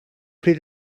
pryd